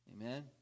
Amen